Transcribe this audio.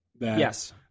Yes